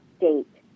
date